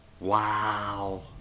Wow